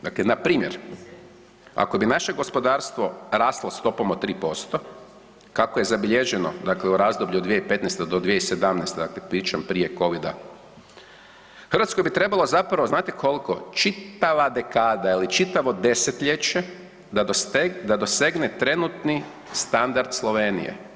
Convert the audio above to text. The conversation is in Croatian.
Dakle npr. ako bi naše gospodarstvo raslo stopom od 3% kako je zabilježeno dakle u razdoblju od 2015. do 2017., dakle pričam prije covida, Hrvatskoj bi trebalo zapravo znate koliko, čitava dekada ili čitavo desetljeće da dosegne trenutni standard Slovenije.